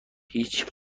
هیچ